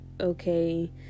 okay